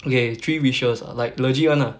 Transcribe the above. okay three wishes ah like legit [one] ah